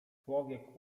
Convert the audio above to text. człowiek